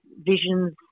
visions